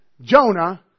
Jonah